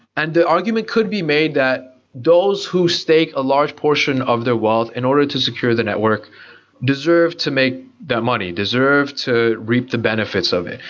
and the argument could be made that those who stake a large portion of their wealth in order to secure the network deserve to make that money, deserve to reap the benefits of it.